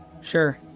Sure